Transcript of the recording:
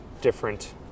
different